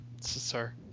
Sir